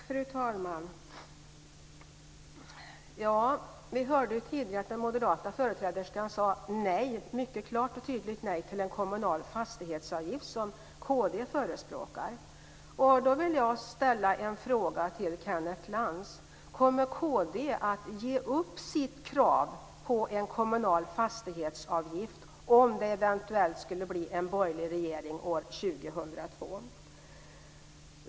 Fru talman! Vi hörde tidigare att den moderata företräderskan sade nej, ett mycket klart och tydligt nej, till en kommunal fastighetsavgift som Kristdemokraterna förespråkar. Då vill jag ställa en fråga till Kenneth Lantz: Kommer Kristdemokraterna att ge upp sitt krav på en kommunal fastighetsavgift om det eventuellt skulle bli en borgerlig regering år 2002?